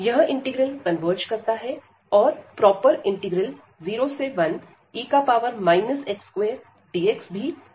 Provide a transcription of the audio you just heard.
यह integral converge करता है और प्रॉपर इंटीग्रल 0 1e x2dx भी कन्वर्ज करता है